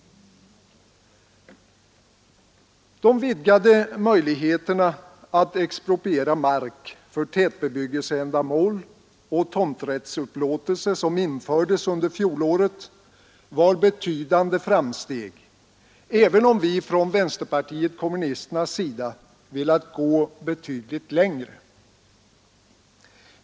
De vidgade möjligheter att expropriera mark för tätbebyggelseändamål och tomrättsupplåtelse som infördes under fjolåret var betydande framsteg, även om vänsterpartiet kommunisterna velat gå väsentligt längre.